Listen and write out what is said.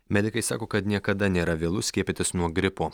medikai sako kad niekada nėra vėlu skiepytis nuo gripo